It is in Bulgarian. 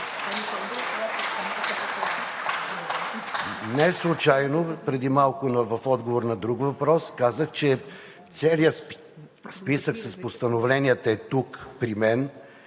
Неслучайно преди малко в отговор на друг въпрос казах, че целият списък с постановленията е тук при мен,